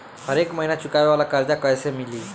हरेक महिना चुकावे वाला कर्जा कैसे मिली?